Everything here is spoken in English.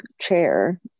chair